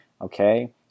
okay